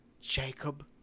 jacob